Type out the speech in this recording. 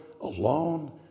alone